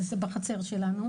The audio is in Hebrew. זה בחצר שלנו.